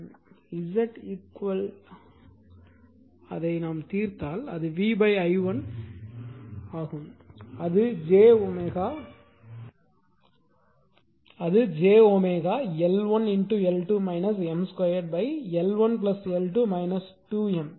Zeq அதைத் தீர்த்தால் அது vi1 தீர்க்கும் என்றால் அது j L1 L2 2 M